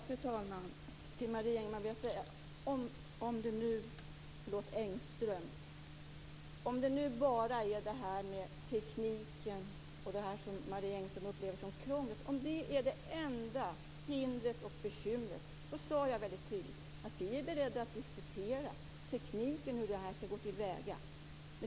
Fru talman! Om tekniken och krånglet är det enda hindret och bekymret, är vi beredda att diskutera hur det skall gå till väga.